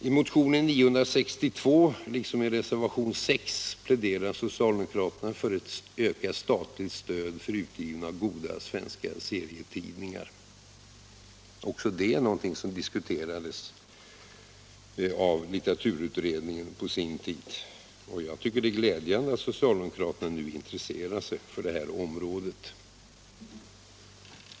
I motionen 962 liksom i reservationen 6 pläderar socialdemokraterna för ett ökat statligt stöd för utgivning av goda svenska serietidningar. Också detta är något som på sin tid diskuterades av litteraturutredningen. Jag tycker att det är glädjande att socialdemokraterna nu intresserar sig för det här området.